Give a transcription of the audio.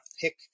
pick